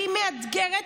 הכי מאתגרת,